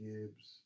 Gibbs